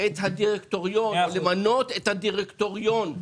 את הדירקטוריון, למנות את הדירקטוריון.